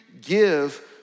give